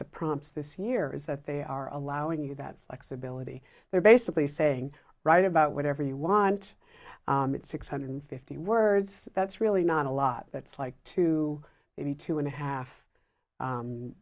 the prompts this year is that they are allowing you that flexibility they're basically saying write about whatever you want it's six hundred fifty words that's really not a lot that's like two maybe two and a half